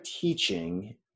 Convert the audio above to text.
teaching